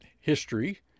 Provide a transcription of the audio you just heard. history